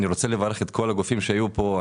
אני רוצה לברך את כל הגופים שהיו פה.